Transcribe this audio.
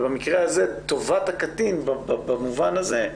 במקרה הזה טובת הקטין במובן הזה,